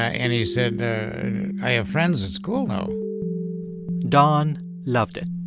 and he said i have friends in school now don loved it